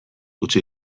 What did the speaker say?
utzi